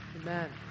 Amen